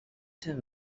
tell